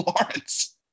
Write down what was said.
Lawrence